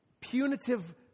punitive